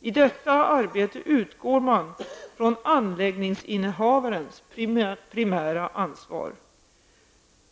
I detta arbete utgår man från anläggningsinnehavarens primära ansvar.